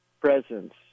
presence